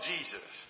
Jesus